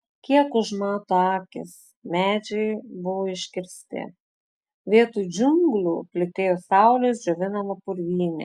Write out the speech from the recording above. kiek užmato akys medžiai buvo iškirsti vietoj džiunglių plytėjo saulės džiovinama purvynė